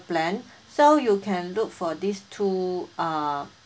plan so you can look for these two uh